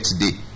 today